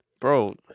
Bro